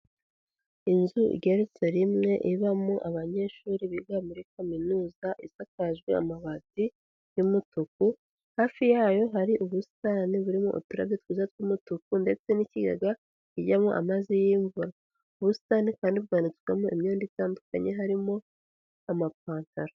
Inzu igeretse rimwe ibamo abanyeshuri biga muri kaminuza isakajwe amabati y'umutuku, hafi yayo hari ubusitani burimo uturabyo twiza tw'umutuku ndetse n'ikigega kijyamo amazi y'imvura, ubusitani kandi babwanikagamo imyenda itandukanye harimo amapantaro.